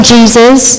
Jesus